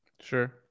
Sure